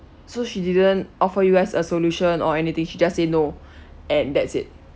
so she didn't offer you guys a solution or anything she just say no and that's it